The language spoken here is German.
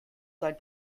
sein